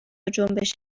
جنبش